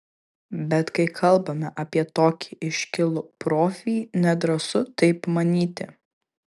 bet kai kalbame apie tokį iškilų profį nedrąsu taip manyti